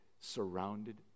surrounded